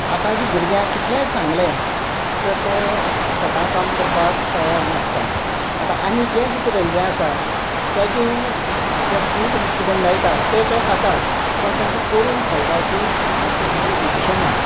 आतांचे भुरग्याक कितलेंय सांगलें तर ते शेता काम करपाक तयार नासतात आतां आमी जें कितें रोयलें आसा तेजें जें फ्रूट कितें मेळटा तें ते खातात पूण तेंकां कोरून खावपाची मातशी सुद्दां इच्छा ना